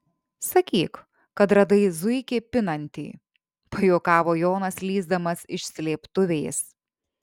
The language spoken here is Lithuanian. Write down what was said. sakyk kad radai zuikį pinantį pajuokavo jonas lįsdamas iš slėptuvės